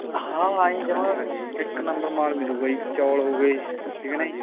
ਹਾਂ ਹਾਂ ਜੀ ਜਮਾਂ ਇਕ ਨੰਬਰ ਮਾਲ ਮਿਲੂਗਾ ਜੀ ਚੌਲ ਹੋ ਗਏ ਠੀਕ ਹੈ ਨਾ ਜੀ